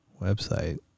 website